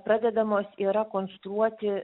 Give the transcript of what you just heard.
pradedamos yra konstruoti